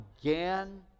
again